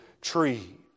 tree